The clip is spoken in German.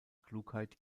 klugheit